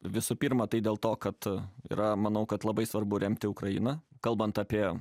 visų pirma tai dėl to kad yra manau kad labai svarbu remti ukrainą kalbant apie